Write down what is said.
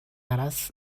араас